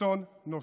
אסון נוסף.